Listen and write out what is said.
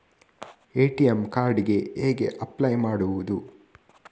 ATM card ಗೆ ಹೇಗೆ apply ಮಾಡುವುದು?